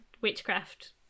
witchcraft